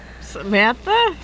Samantha